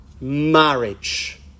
marriage